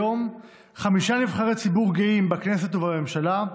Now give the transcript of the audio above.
חמישה נבחרי ציבור גאים בכנסת ובממשלה: